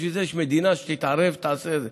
בשביל זה יש מדינה שתתערב ותעשה את זה.